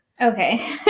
Okay